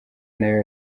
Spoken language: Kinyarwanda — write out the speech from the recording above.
nayo